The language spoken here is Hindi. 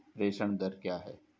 प्रेषण दर क्या है?